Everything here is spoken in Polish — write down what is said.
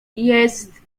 jest